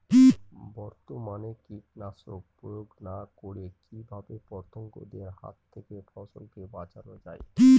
বর্তমানে কীটনাশক প্রয়োগ না করে কিভাবে পতঙ্গদের হাত থেকে ফসলকে বাঁচানো যায়?